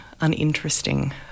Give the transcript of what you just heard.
Uninteresting